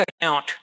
account